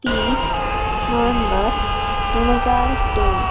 तीस नोएंबर दोन हजार दोन